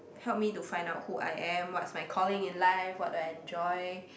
help me to find out who I am what's my calling in life what do I enjoy